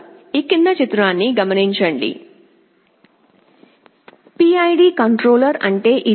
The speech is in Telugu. PID కంట్రోలర్ అంటే ఇదే